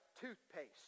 toothpaste